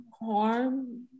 harm